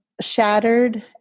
shattered